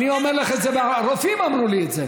אני אומר לך את זה, רופאים אמרו לי את זה.